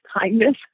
kindness